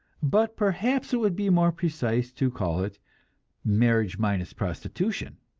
but perhaps it would be more precise to call it marriage-minus-prostitution.